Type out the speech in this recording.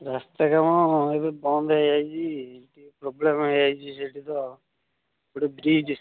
ରାସ୍ତା କାମ ଏବେ ବନ୍ଦ ହୋଇଯାଇଛି ଟିକିଏ ପ୍ରୋବ୍ଲେମ୍ ହୋଇଯାଇଛି ସେଠି ତ ଗୋଟେ ବ୍ରିଜ୍